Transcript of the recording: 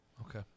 Okay